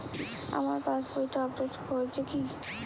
আমার পাশবইটা আপডেট হয়েছে কি?